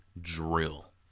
drill